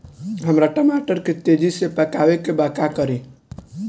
हमरा टमाटर के तेजी से पकावे के बा का करि?